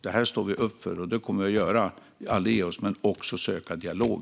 Detta står vi upp för, och vi kommer aldrig att ge oss. Men vi ska också söka dialog.